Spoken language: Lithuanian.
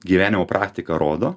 gyvenimo praktika rodo